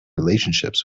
relationships